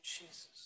Jesus